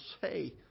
say